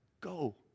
go